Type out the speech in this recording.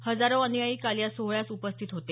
हजारो अनुयायी काल या सोहळ्यास उपस्थित होते